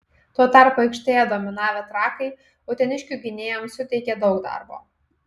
tuo tarpu aikštėje dominavę trakai uteniškių gynėjams suteikė daug darbo